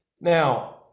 Now